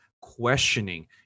questioning